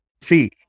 see